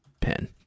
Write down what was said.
pen